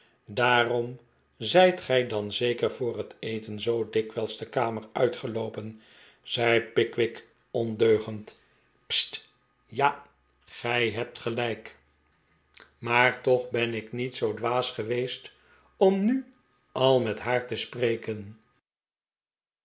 daarom zijt gij dan zeker voor het eten zoo dikwijls de kamer uitgeloopen zei pickwick ondeugend st ja gij hebt gelijk maar toch ben ik niet zoo dwaas geweest om nu al met haar te spreken